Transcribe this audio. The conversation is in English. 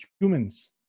humans